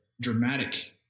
dramatic